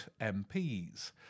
MPs